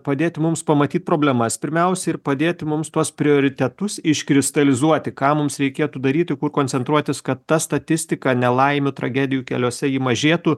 padėti mums pamatyt problemas pirmiausiai ir padėti mums tuos prioritetus iškristalizuoti ką mums reikėtų daryti kur koncentruotis kad ta statistika nelaimių tragedijų keliuose ji mažėtų